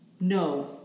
no